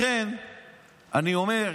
לכן אני אומר,